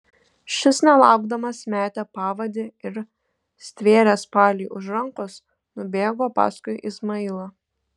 šis nelaukdamas metė pavadį ir stvėręs paliui už rankos nubėgo paskui izmailą